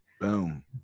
Boom